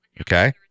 Okay